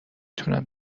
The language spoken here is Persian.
تونم